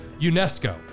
UNESCO